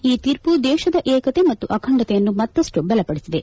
ಈ ತೀರ್ಮ ದೇಶದ ಏಕತೆ ಮತ್ತು ಅಖಂಡತೆಯನ್ನು ಮತ್ತಷ್ಟು ಬಲಪಡಿಸಿದೆ